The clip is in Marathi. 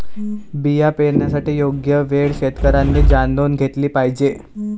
बिया पेरण्याची योग्य वेळ शेतकऱ्यांनी जाणून घेतली पाहिजे